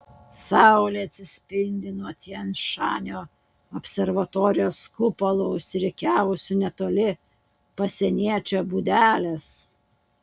saulė atsispindi nuo tian šanio observatorijos kupolų išsirikiavusių netoli pasieniečio būdelės